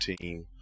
team